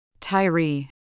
Tyree